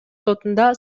сотунда